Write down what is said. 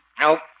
Nope